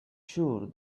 sure